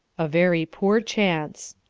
a very poor chance.